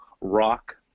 Rock